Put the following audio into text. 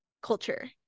culture